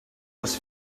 was